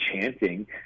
chanting